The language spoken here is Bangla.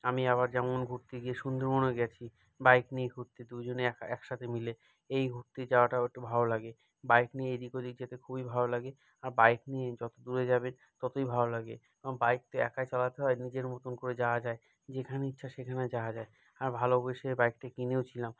আমি আবার যেমন ঘুরতে গিয়ে সুন্দরবনও গিয়েছি বাইক নিয়ে ঘুরতে দুই জনে একসাথে মিলে এই ঘুরতে যাওয়াটাও একটু ভালো লাগে বাইক নিয়ে এদিক ওদিক যেতে খুবই ভালো লাগে আর বাইক নিয়ে যত দূরে যাবে ততই ভালো লাগে বাইক তো একা চালাতে হয় নিজের মতন করে যাওয়া যায় যেখানে ইচ্ছা সেখানে যাওয়া যায় আর ভালোবেসে বাইকটি কিনেওছিলাম